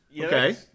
Okay